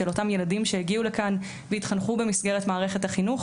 של אותם ילדים שהגיעו לכאן והתחנכו במסגרת מערכת החינוך,